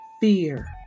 fear